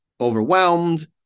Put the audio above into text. overwhelmed